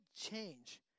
change